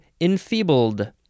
enfeebled